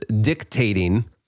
dictating